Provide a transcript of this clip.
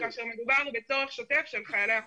כפי שמצאנו פתרון לבעיה בדיור של חיילים